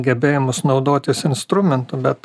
gebėjimus naudotis instrumentu bet